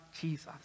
Jesus